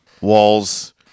walls